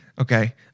okay